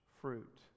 fruit